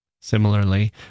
Similarly